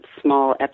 small